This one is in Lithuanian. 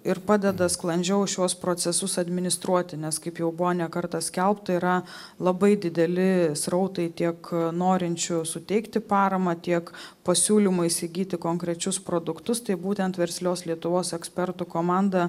ir padeda sklandžiau šiuos procesus administruoti nes kaip jau buvo ne kartą skelbta yra labai dideli srautai tiek norinčių suteikti paramą tiek pasiūlymų įsigyti konkrečius produktus tai būtent verslios lietuvos ekspertų komanda